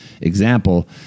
Example